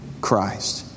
Christ